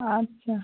আচ্ছা